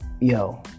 yo